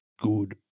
good